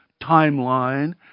timeline